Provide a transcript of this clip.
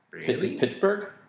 Pittsburgh